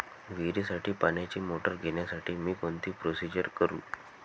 विहिरीसाठी पाण्याची मोटर घेण्यासाठी मी कोणती प्रोसिजर करु?